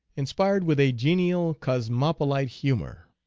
inspired with a genial cosmopolite humor.